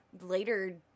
later